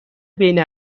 بین